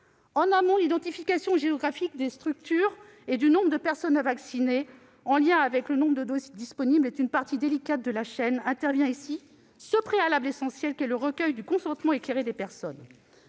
En amont, l'identification géographique des structures et du nombre de personnes à vacciner, en lien avec le nombre de doses disponibles, est une partie délicate de la chaîne. Intervient alors ce préalable essentiel qu'est le recueil du consentement éclairé des personnes.